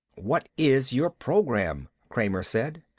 what is your program? kramer said.